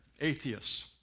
Atheists